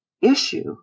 issue